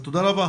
תודה רבה